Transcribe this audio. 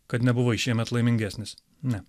kad nebuvai šiemet laimingesnis ne